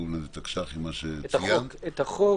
את החוק,